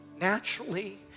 naturally